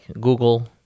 Google